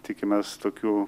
tikimės tokių